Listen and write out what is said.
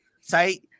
Say